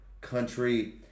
country